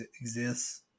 exists